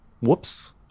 Whoops